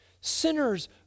Sinners